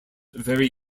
very